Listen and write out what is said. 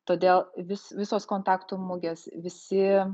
todėl vis visos kontaktų mugės visi